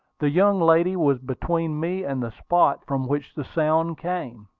the young lady was between me and the spot from which the sound came.